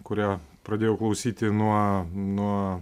kurią pradėjau klausyti nuo nuo